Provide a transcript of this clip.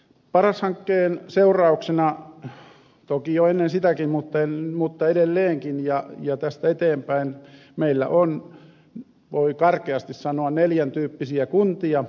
paras hankkeen seurauksena toki jo ennen sitäkin mutta edelleenkin ja tästä eteenpäin meillä on voi karkeasti sanoa neljän tyyppisiä kuntia